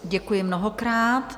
Děkuji mnohokrát.